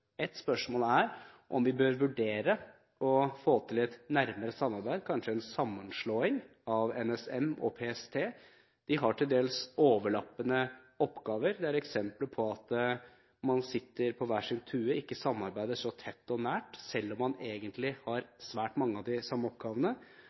spørsmål er om vi bør vurdere et nærmere samarbeid, kanskje en sammenslåing av NSM og PST. De har til dels overlappende oppgaver. Det finnes eksempler på at man sitter på hver sin tue og ikke samarbeider så tett og nært, selv om man egentlig har